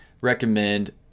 recommend